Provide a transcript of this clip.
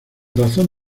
razón